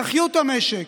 תחיו את המשק,